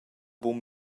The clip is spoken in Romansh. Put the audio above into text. buca